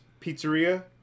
pizzeria